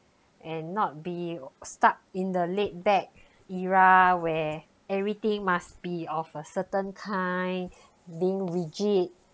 and not be stuck in the laid back era where everything must be of a certain kind being rigid